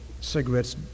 cigarettes